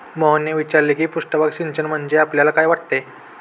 मोहनने विचारले की पृष्ठभाग सिंचन म्हणजे आपल्याला काय वाटते?